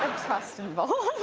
trust involved.